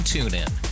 TuneIn